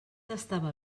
estava